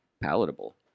palatable